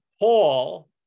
Paul